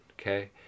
okay